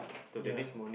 ya